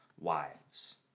wives